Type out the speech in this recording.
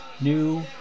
new